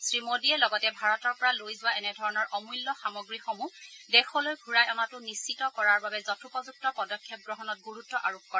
শ্ৰীমোদীয়ে লগতে ভাৰতৰ পৰা লৈ যোৱা এনে ধৰণৰ অমূল্য সামগ্ৰীসমূহ দেশলৈ ঘূৰাই অনাটো নিশ্চিত কৰাৰ বাবে যথোপযুক্ত পদক্ষেপ গ্ৰহণত গুৰুত্ আৰোপ কৰে